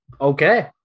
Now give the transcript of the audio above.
Okay